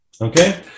Okay